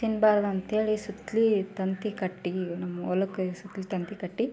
ತಿನ್ಬಾರ್ದು ಅಂಥೇಳಿ ಸುತ್ತಲಿ ತಂತಿ ಕಟ್ಟಿ ನಮ್ಮ ಹೊಲಕ್ಕೆ ಸುತ್ತಲಿ ತಂತಿ ಕಟ್ಟಿ